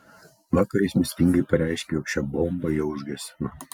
vakar jis mįslingai pareiškė jog šią bombą jau užgesino